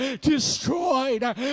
destroyed